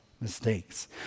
mistakes